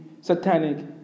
satanic